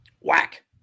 Whack